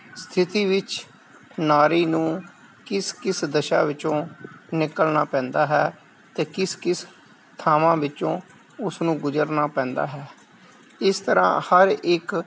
ਸਥਿਤੀ ਵਿੱਚ ਨਾਰੀ ਨੂੰ ਕਿਸ ਕਿਸ ਦਸ਼ਾ ਵਿੱਚੋਂ ਨਿਕਲਣਾ ਪੈਂਦਾ ਹੈ ਅਤੇ ਕਿਸ ਕਿਸ ਥਾਵਾਂ ਵਿੱਚੋਂ ਉਸਨੂੰ ਗੁਜ਼ਰਨਾ ਪੈਂਦਾ ਹੈ ਇਸ ਤਰ੍ਹਾਂ ਹਰ ਇੱਕ